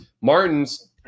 Martin's